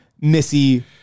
Missy